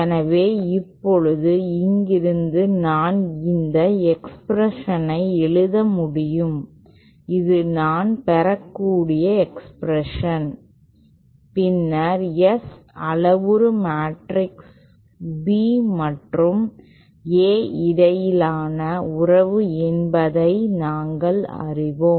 எனவே இப்போது இங்கிருந்து நான் இந்த எக்ஸ்பிரேஷனை எழுத முடியும் இது நான் பெறக்கூடிய எக்ஸ்பிரஷன் பின்னர் S அளவுரு மேட்ரிக்ஸ் B மற்றும் A இடையேயான உறவு என்பதை நாங்கள் அறிவோம்